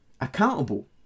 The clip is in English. accountable